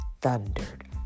thundered